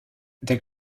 der